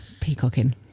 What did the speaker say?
peacocking